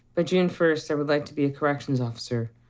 by june first, i would like to be a corrections officer.